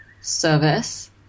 service